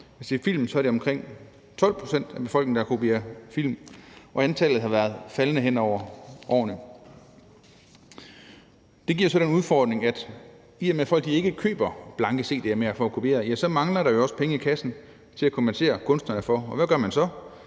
hvis det er film, er det omkring 12 pct. af befolkningen, der kopierer film, og tallet har været faldende hen over årene. Det giver så den udfordring, at i og med at folk ikke køber blanke cd'er mere for at kunne kopiere, ja, så mangler der jo også penge i kassen til at kompensere kunsterne med. Og hvad gør man så?